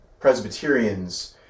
Presbyterians